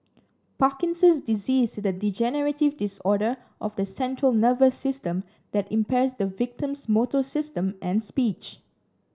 Parkinson's disease is the degenerative disorder of the central nervous system that impairs the victim's motor system and speech